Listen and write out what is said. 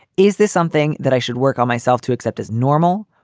is this something that i should work on myself to accept as normal?